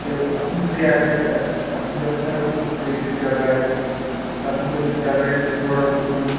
تہٕ اَتھ منٛز کیٛاہ آسہِ یُس اَتھ جایہِ چھُنا رُکنُک جگہ آسہِ اَتہِ تَتھ مُتعلِق تہِ اگر اَسہِ تھوڑا بہت ؤنِوٗ